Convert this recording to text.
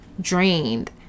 drained